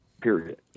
period